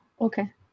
Okay